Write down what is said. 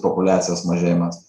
populiacijos mažėjimas